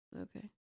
Okay